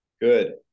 Good